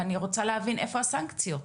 ואני רוצה להבין איפה הסנקציות.